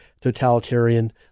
totalitarian